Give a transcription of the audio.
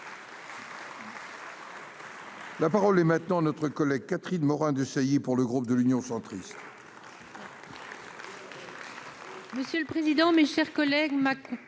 La parole est maintenant notre collègue Catherine Morin-Desailly pour le groupe de l'Union centriste.